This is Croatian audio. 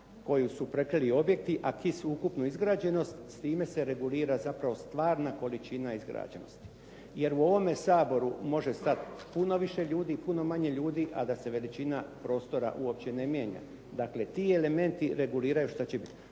koju su prekrili objekti, a K.I.G. ukupnu izgrađenost. S time se regulira zapravo stvarna količina izgrađenosti. Je u ovome Saboru može stati puno više ljudi, puno manje ljudi, a da se veličina prostora uopće ne mijenja. Dakle, ti elementi reguliraju što će biti.